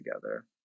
together